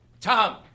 Tom